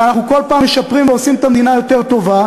ואנחנו כל פעם משפרים ועושים את המדינה יותר טובה,